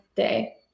day